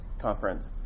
conference